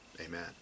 Amen